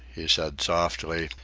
he said softly,